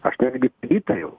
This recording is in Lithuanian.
aš netgi įtariau